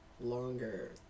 longer